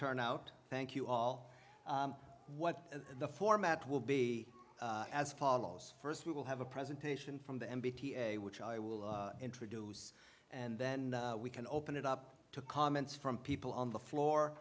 turnout thank you all what the format will be as follows first we will have a presentation from the n b a which i will introduce and then we can open it up to comments from people on the floor